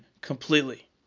completely